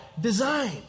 design